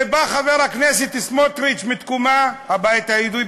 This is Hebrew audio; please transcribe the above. ובא חבר הכנסת סמוטריץ מתקומה, הבית היהודי: